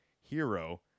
Hero